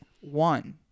one